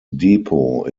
depot